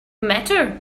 matter